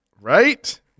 Right